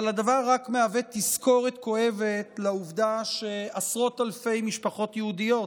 אבל הדבר רק מהווה תזכורת כואבת לעובדה שעשרות אלפי משפחות יהודיות